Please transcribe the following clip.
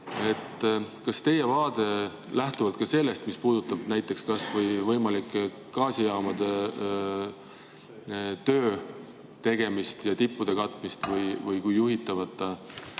Kas teie vaade lähtub sellest, mis puudutab näiteks kas või võimalike gaasijaamade töö tegemist ja tippude katmist või juhitavate